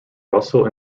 russell